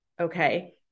Okay